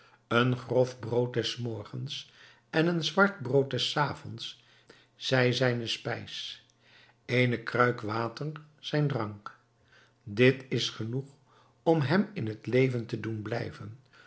een grof brood des morgens en een zwart brood des avonds zij zijne spijs eene kruik water zijn drank dit is genoeg om hem in het leven te doen blijven